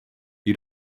you